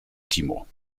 timo